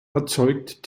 erzeugt